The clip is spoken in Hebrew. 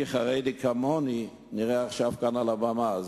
חרדי כמוני נראה עכשיו כאן על הבמה.